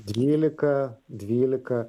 dvylika dvylika